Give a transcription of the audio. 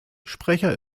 sprecher